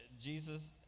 Jesus